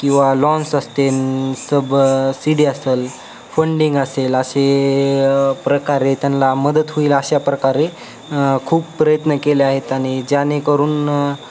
किंवा लॉन्स असतेन सबसीडी असेल फंडिंग असेल असे प्रकारे त्यांना मदत होईल अशा प्रकारे खूप प्रयत्न केले आहेत आणि ज्यानेकरून